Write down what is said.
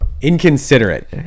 Inconsiderate